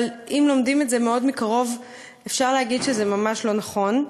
אבל אם לומדים את זה מאוד מקרוב אפשר להגיד שזה ממש לא נכון.